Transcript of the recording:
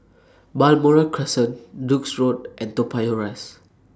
Balmoral Crescent Duke's Road and Toa Payoh Rise